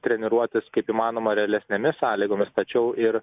treniruotis kaip įmanoma realesnėmis sąlygomis tačiau ir